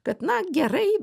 kad na gerai